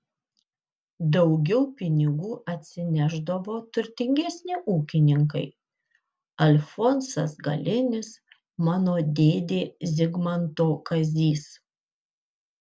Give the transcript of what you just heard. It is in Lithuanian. daugiau pinigų atsinešdavo turtingesni ūkininkai alfonsas galinis mano dėdė zigmanto kazys